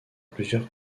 plusieurs